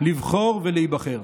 לבחור ולהיבחר.